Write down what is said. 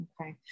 Okay